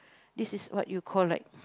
this is what you call like